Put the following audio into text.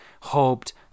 hoped